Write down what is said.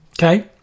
Okay